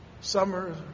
summer